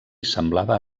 semblava